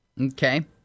Okay